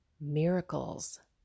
miracles